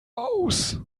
aus